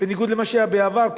בניגוד למה שהיה בעבר,